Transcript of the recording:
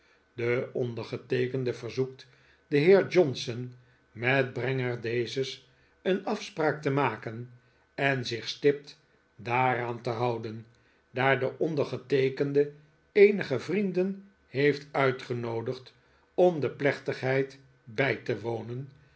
de ondergeteekende verzoekt den heer johnson met brenger dezes een afspraak te maken en zich stipt daaraan te houden daar de ondergeteekende eenige vrienden heeft uitgenoodigd om de plechtigheid bij te wonen